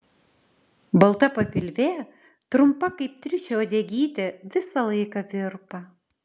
balta papilvė trumpa kaip triušio uodegytė visą laiką virpa